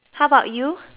how about you